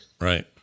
right